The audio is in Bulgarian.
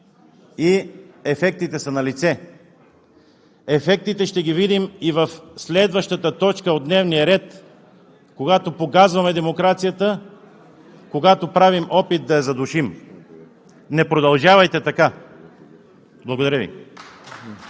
и ефектите са налице. Ефектите ще ги видим и в следващата точка от дневния ред, когато погазваме демокрацията, когато правим опит да я задушим. Не продължавайте така! Благодаря Ви.